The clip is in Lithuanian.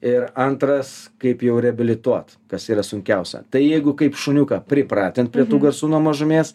ir antras kaip jau reabilituot kas yra sunkiausia tai jeigu kaip šuniuką pripratint prie tų garsų nuo mažumės